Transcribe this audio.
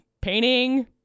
Painting